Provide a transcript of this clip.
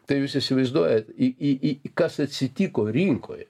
tai jūs įsivaizduojat į į į kas atsitiko rinkoje